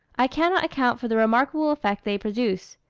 i cannot account for the remarkable effect they produce,